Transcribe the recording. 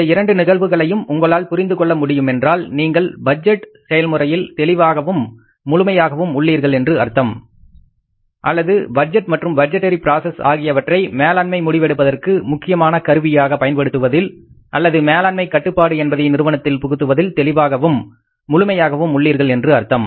இந்த இரண்டு நிகழ்வுகளையும் உங்களால் புரிந்துகொள்ள முடியுமென்றால் நீங்கள் பட்ஜெட் செயல்முறையில் தெளிவாகவும் முழுமையாகவும் உள்ளீர்கள் என்று அர்த்தம் அல்லது பட்ஜெட் மற்றும் பட்டெரி ப்ராசஸ் ஆகியவற்றை மேலாண்மை முடிவு எடுப்பதற்கு முக்கியமான கருவியாக பயன்படுத்துவதில் அல்லது மேலாண்மை கட்டுப்பாடு என்பதை நிறுவனத்தில் புகுத்துவதில் தெளிவாகவும் முழுமையாகவும் உள்ளீர்கள் என்று அர்த்தம்